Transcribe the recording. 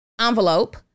envelope